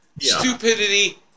Stupidity